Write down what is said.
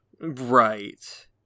right